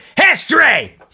history